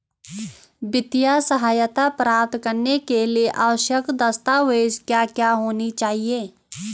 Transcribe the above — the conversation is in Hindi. वित्तीय सहायता प्राप्त करने के लिए आवश्यक दस्तावेज क्या क्या होनी चाहिए?